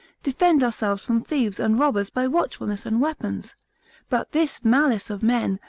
defend ourselves from thieves and robbers by watchfulness and weapons but this malice of men,